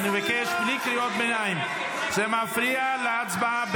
אני מבקש בלי קריאות ביניים, זה מפריע להצבעה.